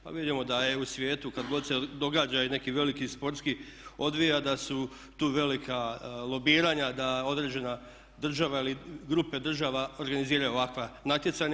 Pa vidimo da je u svijetu kada god se događa i neki veliki sportski odvija da su tu velika lobiranja da određena država ili grupe država organiziraju ovakva natjecanja.